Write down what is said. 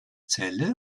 celle